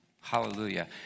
hallelujah